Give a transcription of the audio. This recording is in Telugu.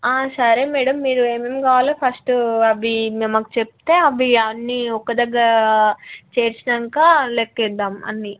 సరే మేడమ్ మీరు ఏమేమి కావాలో ఫస్ట్ అవి మీరు మాకు చెప్తే అవి అన్నీ ఒకదగ్గర చేర్చినంక లెక్కేద్దాం అన్ని